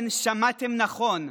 כן, שמעתם נכון: